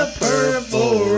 purple